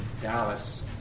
Dallas